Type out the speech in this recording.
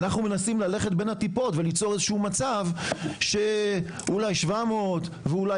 אנחנו מנסים ללכת בין הטיפות וליצור איזה מצב שאולי 700 ואולי